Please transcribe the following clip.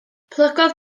plygodd